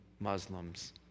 Muslims